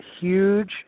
huge